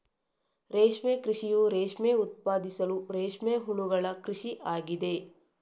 ರೇಷ್ಮೆ ಕೃಷಿಯು ರೇಷ್ಮೆ ಉತ್ಪಾದಿಸಲು ರೇಷ್ಮೆ ಹುಳುಗಳ ಕೃಷಿ ಆಗಿದೆ